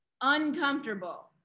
uncomfortable